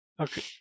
okay